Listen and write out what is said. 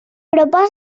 proposen